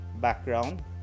background